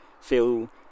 feel